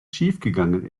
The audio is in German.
schiefgegangen